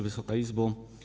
Wysoka Izbo!